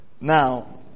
Now